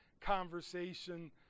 conversation